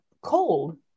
cold